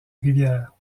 rivière